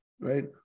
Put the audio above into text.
right